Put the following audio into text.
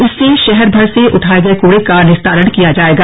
इससे शहर भर से उठाये गए कूड़े का निस्तारण किया जायेगा